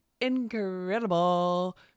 incredible